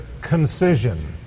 concision